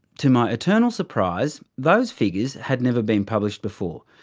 to my eternal surprise, those figures had never been published before,